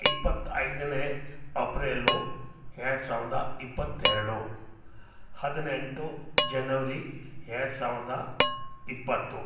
ಇಪ್ಪತ್ತು ಐದನೇ ಅಪ್ರೆಲ್ಲು ಎರಡು ಸಾವಿರದ ಇಪ್ಪತ್ತೆರಡು ಹದಿನೆಂಟು ಜನವರಿ ಎರಡು ಸಾವಿರದ ಇಪ್ಪತ್ತು